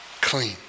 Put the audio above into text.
clean